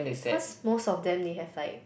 cause most of them they have like